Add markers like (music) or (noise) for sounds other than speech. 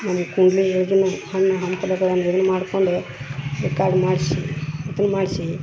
ನಾನು ಕುಂಡ್ಲಿ (unintelligible) ಹಣ್ಣು ಹಂಪಲುಗಳನ್ನ ರೆಡಿ ಮಾಡ್ಕೊಂಡು ರಿಕಾರ್ಡ್ ಮಾಡಿಸಿ ಇದನ್ನ ಮಾಡಿಸಿ